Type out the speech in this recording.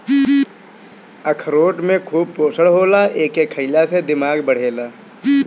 अखरोट में खूब पोषण होला एके खईला से दिमाग बढ़ेला